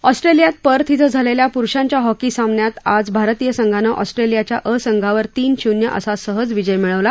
ऑस्ट्रेलियात पर्थ इथं झालेल्या पुरुषांच्या हॉकी सामन्यात आज भारतीय संघानं ऑस्ट्रेलियाच्या अ संघावर तीन शून्य असा सहज विजय मिळवला